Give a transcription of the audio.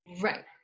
right